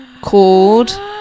called